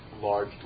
large